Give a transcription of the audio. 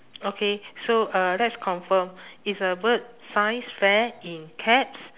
okay so uh let's confirm is the word science fair in caps